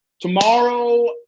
Tomorrow